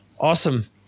Awesome